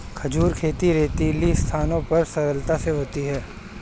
खजूर खेती रेतीली स्थानों पर सरलता से होती है